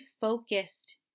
focused